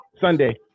Sunday